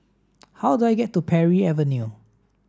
how do I get to Parry Avenue